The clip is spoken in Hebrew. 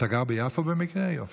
אתה גר ביפו במקרה, עופר?